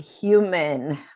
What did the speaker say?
human